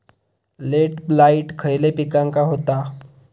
Late blight खयले पिकांका होता?